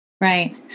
Right